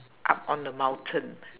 up on the mountain